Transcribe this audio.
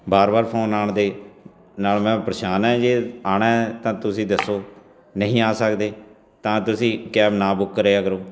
ਵਾਰ ਵਾਰ ਫੋਨ ਆਉਣ ਦੇ ਨਾਲ ਮੈਂ ਪਰੇਸ਼ਾਨ ਹੈ ਜੇ ਆਉਣਾ ਤਾਂ ਤੁਸੀਂ ਦੱਸੋ ਨਹੀਂ ਆ ਸਕਦੇ ਤਾਂ ਤੁਸੀਂ ਕੈਬ ਨਾ ਬੁੱਕ ਕਰਿਆ ਕਰੋ